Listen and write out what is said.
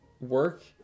work